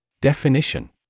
Definition